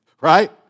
Right